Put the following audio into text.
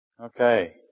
Okay